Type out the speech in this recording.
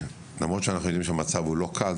למרות שאנחנו יודעים שהמצב הוא לא קל.